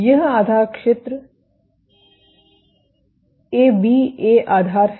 यह आधार क्षेत्र ए बी ए आधार है